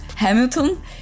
Hamilton